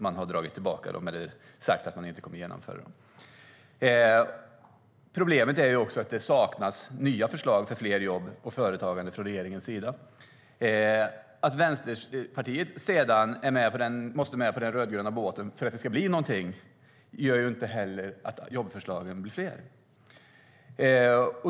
Man har dragit tillbaka dem eller sagt att man inte kommer att genomföra dem. Problemet är också att det saknas nya förslag för fler jobb och företagande från regeringens sida. Att Vänsterpartiet sedan måste med på den rödgröna båten för att det ska bli någonting gör inte heller att jobbförslagen blir fler.